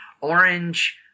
Orange